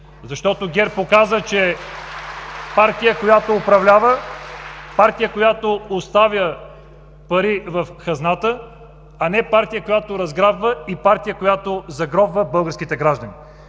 ГЕРБ.) ГЕРБ показа, че е партия, която управлява, която оставя пари в хазната, а не партия, която разграбва и която загробва българските граждани.